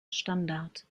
standard